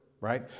right